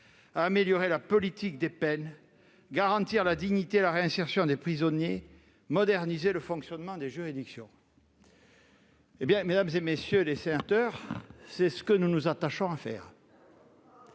d'améliorer la politique des peines, de garantir la dignité et la réinsertion des prisonniers et de moderniser le fonctionnement des juridictions. Mesdames, messieurs les sénateurs, c'est ce que nous nous attachons à faire.